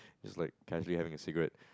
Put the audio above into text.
is like casually having a cigarette